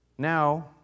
Now